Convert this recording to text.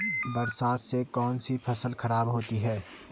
बरसात से कौन सी फसल खराब होती है?